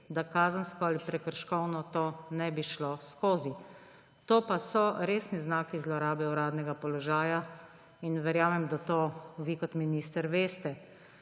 da kazensko ali prekrškovno to ne bi šlo skozi. To pa so resni znaki zlorabe uradnega položaja in verjamem, da to vi kot minister veste.